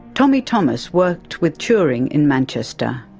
tommy thomas worked with turing in manchester.